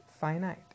finite